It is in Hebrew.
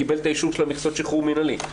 קיבל אישור של מכסות שחרור מינהלי,